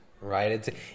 right